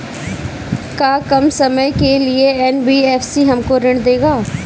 का कम समय के लिए एन.बी.एफ.सी हमको ऋण देगा?